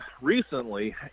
recently